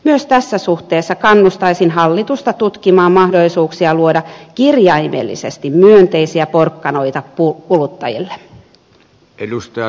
myös tässä suhteessa kannustaisin hallitusta tutkimaan mahdollisuuksia luoda kirjaimellisesti myönteisiä porkkanoita kuluttajille